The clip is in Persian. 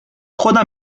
خودم